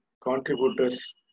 contributors